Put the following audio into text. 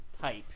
type